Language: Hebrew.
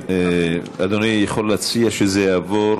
אדוני יכול להציע שזה יעבור,